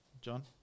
John